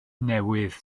newydd